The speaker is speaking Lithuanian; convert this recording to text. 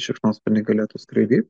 šikšnosparniai galėtų skraidyt